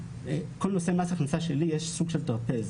כל הנושא של מס הכנסה שלילי הוא סוג של טרפז,